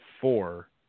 four